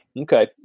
Okay